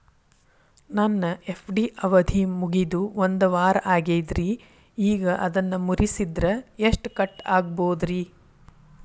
ನನ್ನ ಎಫ್.ಡಿ ಅವಧಿ ಮುಗಿದು ಒಂದವಾರ ಆಗೇದ್ರಿ ಈಗ ಅದನ್ನ ಮುರಿಸಿದ್ರ ಎಷ್ಟ ಕಟ್ ಆಗ್ಬೋದ್ರಿ?